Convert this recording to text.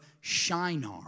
Shinar